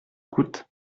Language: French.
coûte